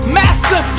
master